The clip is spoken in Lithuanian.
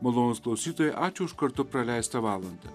malonūs klausytojai ačiū už kartu praleistą valandą